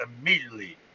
immediately